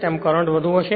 તેથી કરંટ વધુ હશે